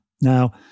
Now